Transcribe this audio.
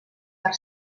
per